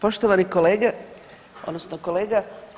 Poštovani kolege, odnosno kolega.